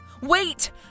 Wait